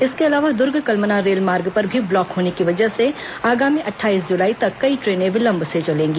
इसके अलावा दुर्ग कलमना रेलमार्ग पर भी ब्लॉक होने की वजह से आगामी अट्ठाईस जुलाई तक कई ट्रेनें विलंब से चलेंगी